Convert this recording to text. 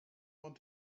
want